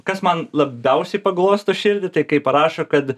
kas man labiausiai paglosto širdį tai kai parašo kad